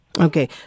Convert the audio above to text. Okay